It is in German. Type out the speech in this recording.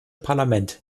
parlament